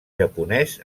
japonès